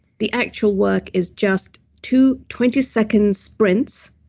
the actual work is just two twenty seconds sprints.